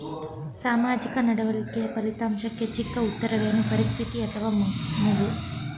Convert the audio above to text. ಸಾಮಾಜಿಕ ನಡವಳಿಕೆಯ ಫಲಿತಾಂಶಕ್ಕೆ ಚಿಕ್ಕ ಉತ್ತರವೇನು? ಪರಿಸ್ಥಿತಿ ಅಥವಾ ಮಗು?